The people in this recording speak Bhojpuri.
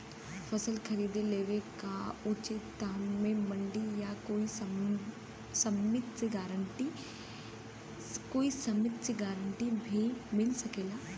फसल खरीद लेवे क उचित दाम में मंडी या कोई समिति से गारंटी भी मिल सकेला?